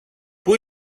πού